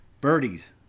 Birdies